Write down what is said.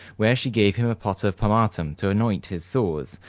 where she gave him a pot of pomatum to anoint his sores,